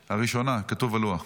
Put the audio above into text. הראשונה, כתוב על הלוח.